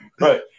Right